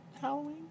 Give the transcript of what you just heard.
Halloween